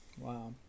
Wow